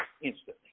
instantly